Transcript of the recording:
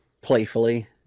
Playfully